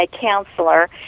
counselor